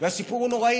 הסיפור הוא נורא.